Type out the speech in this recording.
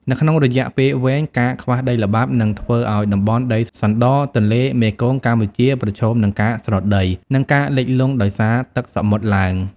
នៅក្នុងរយៈពេលវែង ការខ្វះដីល្បាប់នឹងធ្វើឱ្យតំបន់ដីសណ្ដរទន្លេមេគង្គកម្ពុជាប្រឈមនឹងការស្រុតដី និងការលិចលង់ដោយសារទឹកសមុទ្រឡើង។